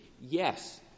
Yes